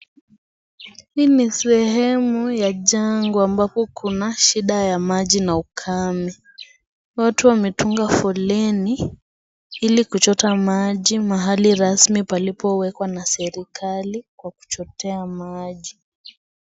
Hii ni sehemu ya jango ambapo kuna shida ya maji na ukame, watu wamepanga foleni hili kuchota maji mahali rasmi palipowekwa na serikali kwa kuchotea maji.